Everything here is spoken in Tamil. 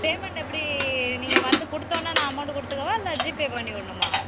பேமெண்ட் எப்படி நீங்கள் வந்து கொடுத்தவொன்னே நான் அமௌன்ட் கொடுத்துக்கவா இல்லை ஜிபே பண்ணிவிட்ணுமா